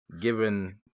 given